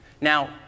Now